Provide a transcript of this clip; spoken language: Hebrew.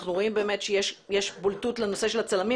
ואנחנו רואים שיש בולטות לנושא של הצלמים,